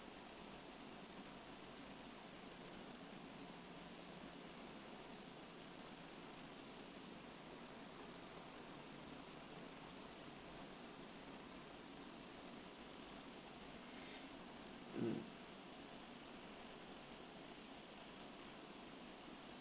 mm